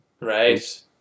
Right